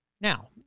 Now